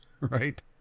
right